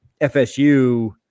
FSU